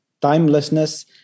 timelessness